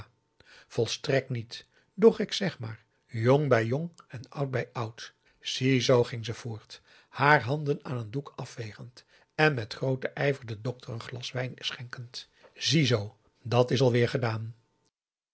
volstrekt niet doch ik zeg maar jong bij jong en oud bij oud ziezoo ging ze voort haar handen aan een doek afvegend en met grooten ijver den dokter een glas wijn schenkend ziezoo dat is alweer gedaan